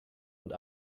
und